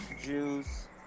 Juice